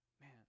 man